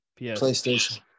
PlayStation